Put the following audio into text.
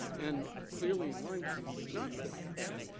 and clearly in lyme disease it's not self-evident,